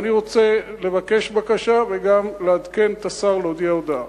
אני רוצה לבקש בקשה וגם לעדכן את השר ולהודיע הודעה.